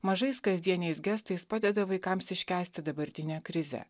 mažais kasdieniais gestais padeda vaikams iškęsti dabartinę krizę